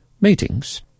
Meetings